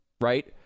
right